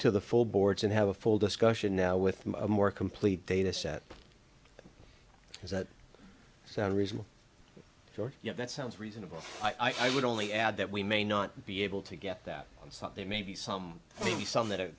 to the full boards and have a full discussion now with a more complete data set does that sound reasonable yes that sounds reasonable i would only add that we may not be able to get that there maybe some maybe some that are